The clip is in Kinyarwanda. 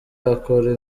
akora